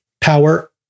power